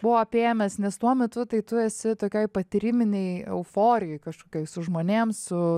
buvo apėmęs nes tuo metu tai tu esi tokioj patyriminėj euforijoj kažkokioj su žmonėm su